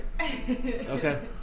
Okay